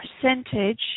percentage